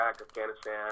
Afghanistan